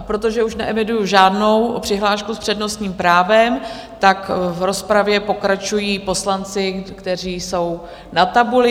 Protože už neeviduji žádnou přihlášku s přednostním právem, v rozpravě pokračují poslanci, kteří jsou na tabuli.